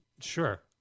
Sure